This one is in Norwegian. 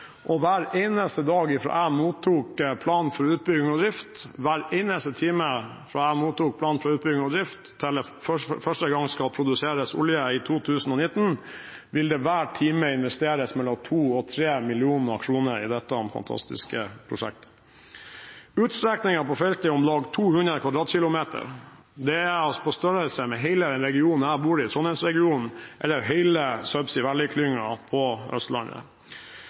og hver eneste dag fra jeg mottok plan for utbygging og drift, til det første gang skal produseres olje i 2019, vil det hver time investeres mellom 2 og 3 mill. kr i dette fantastiske prosjektet. Utstrekningen på feltet er om lag 200 km2. Det er altså på størrelse med hele den regionen jeg bor i, Trondheims-regionen, eller hele Subsea Valley-klyngen på Østlandet.